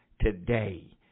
today